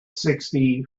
sixty